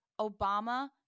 Obama